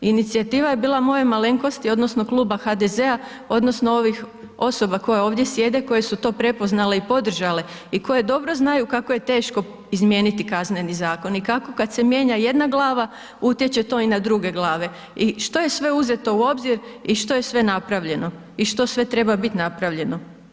Inicijativa je bila mojoj malenkosti odnosno kluba HDZ-a odnosno ovih osoba koje ovdje sjede koje su to prepoznale i podržale i koje dobro znaju kako je teško izmijeniti KZ i kako kad se mijenja jedna glava, utječe to i na druge glave i što je sve uzeto u obzir i što je sve napravljeno i što sve treba bit napravljeno.